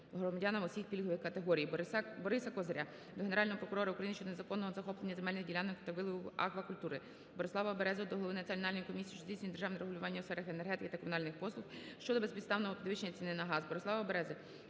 громадянам усіх пільгових категорій. Бориса Козиря до Генерального прокурора України щодо незаконного захоплення земельних ділянок та вилову аквакультури. Борислава Берези до голови Національної комісії, що здійснює державне регулювання у сферах енергетики та комунальних послуг щодо безпідставного підвищення ціни на газ. Борислава Берези